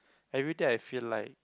everyday I feel like